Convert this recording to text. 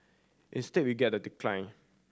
instead we get the decline